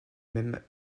mêmes